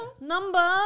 ..number